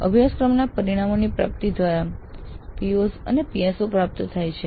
અભ્યાસક્રમના પરિણામોની પ્રાપ્તિ દ્વારા PO અને PSO પ્રાપ્ત થાય છે